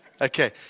Okay